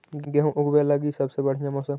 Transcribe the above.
गेहूँ ऊगवे लगी सबसे बढ़िया मौसम?